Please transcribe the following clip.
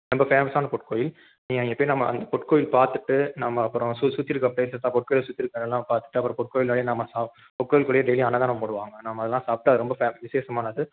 ரொம்ப ஃபேமஸான பொற்கோவில் நீங்கள் அங்கே போய் நம்ம அந்த பொற்கோவில் பார்த்துட்டு நம்ம அப்பறம் சு சுற்றி இருக்கிற ப்ளேஸஸ்ஸாக பொற்கோயில் சுற்றி இருக்கிற இடலாம் பார்த்துட்டு அப்புறம் பொற்கோவில்லையே நாம் சாப் பொற்கோயிலுக்குள்ளையே டெய்லி அன்னதானம் போடுவாங்க நம்ம அதெல்லாம் சாப்பிட்டு அது ரொம்ப ஃப விசேஷமானது